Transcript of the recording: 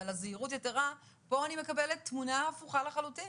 ועל הזהירות היתרה פה אני מקבלת תמונה הפוכה לחלוטין,